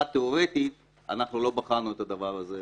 תיאורטית אנחנו לא בחנו את הדבר הזה,